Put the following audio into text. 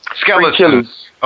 Skeletons